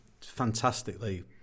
fantastically